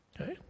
okay